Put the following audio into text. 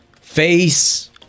face